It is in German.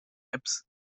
apps